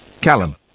Callum